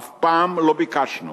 אף פעם לא ביקשנו